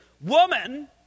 Woman